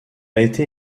été